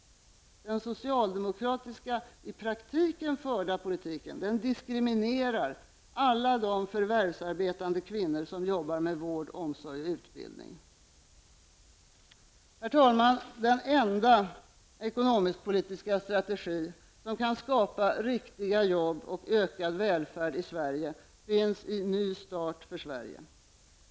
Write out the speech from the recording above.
Den i praktiken förda socialdemokratiska politiken diskriminerar alla de förvärvsarbetande kvinnor som jobbar med vård, omsorg och utbildning. Herr talman! Den enda ekonomisk-politiska strategin som kan skapa riktiga jobb och ökad välfärd i Sverige finns i Ny start för Sverige.